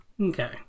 okay